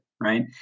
right